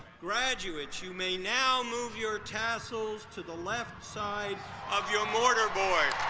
graduates, you may now move your tassels to the left side of your mortar board.